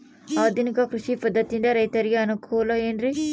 ಆಧುನಿಕ ಕೃಷಿ ಪದ್ಧತಿಯಿಂದ ರೈತರಿಗೆ ಅನುಕೂಲ ಏನ್ರಿ?